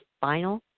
final